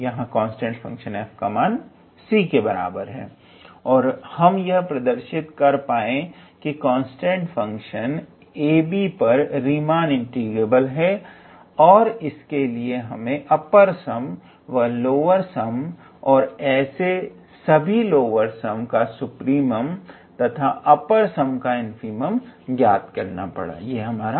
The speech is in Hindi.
यहां कांस्टेंट फंक्शन f का मान c के बराबर है और हम यह प्रदर्शित कर पाए की कांस्टेंट फंक्शन ab पर रीमान इंटीग्रेबल है इसके लिए हमें अपर सम तथा लोअर सम और ऐसे सभी लोअर सम का सुप्रीमम तथा अपर सम का इनफीमम ज्ञात करना पड़ा